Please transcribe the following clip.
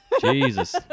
Jesus